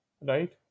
right